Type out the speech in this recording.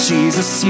Jesus